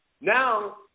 now